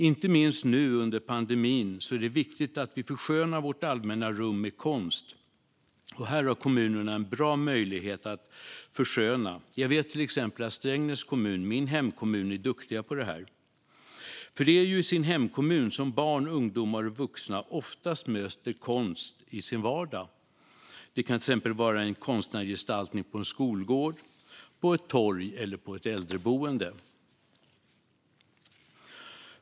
Inte minst nu under pandemin är det viktigt att vi förskönar vårt allmänna rum med konst, och här har kommunerna en bra möjlighet att försköna. Jag vet till exempel att Strängnäs kommun, min hemkommun, är duktig på detta. Det är ju i sin hemkommun som barn, ungdomar och vuxna oftast möter konst i sin vardag. Det kan till exempel vara en konstnärlig gestaltning på en skolgård, på ett torg eller på ett äldreboende.